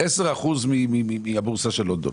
10% מהבורסה של לונדון,